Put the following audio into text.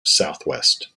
southwest